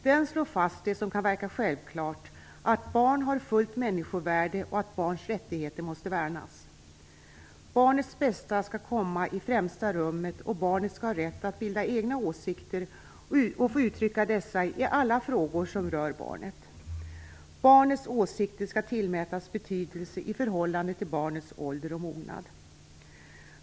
Den slår fast det som kan verka självklart: Barn har fullt människovärde, och barns rättigheter måste värnas. Barnets bästa skall komma i främsta rummet, och barnet skall ha rätt att bilda egna åsikter och få uttrycka dessa i alla frågor som rör barnet. Barnets åsikter skall tillmätas betydelse i förhållande till barnets ålder och mognad.